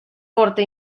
forta